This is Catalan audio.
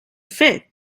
fet